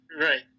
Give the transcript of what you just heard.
Right